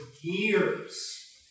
years